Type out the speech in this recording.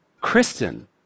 Kristen